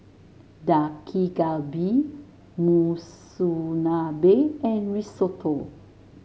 Dak Galbi Monsunabe and Risotto